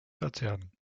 verzehren